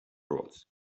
frauds